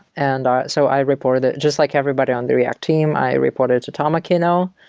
and so i reported just like everybody on the react team, i reported to tom occhino.